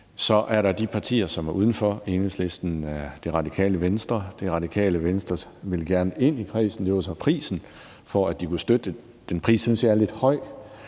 Så er der de partier, som er udenfor – Enhedslisten, Radikale Venstre. Radikale Venstre vil gerne ind i kredsen, og det var så prisen for, at de kunne støtte forslaget. Den pris synes jeg er lidt høj.